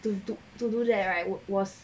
do duke to do that right was